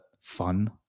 fun